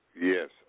Yes